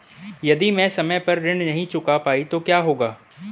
यदि मैं समय पर ऋण नहीं चुका पाई तो क्या होगा?